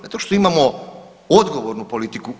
Zato što imamo odgovornu politiku.